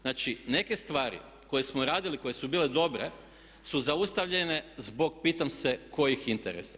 Znači, neke stvari koje smo radili, koje su bile dobre su zaustavljene zbog pitam se kojih interesa?